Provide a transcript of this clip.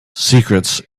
secrets